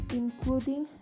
including